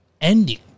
ending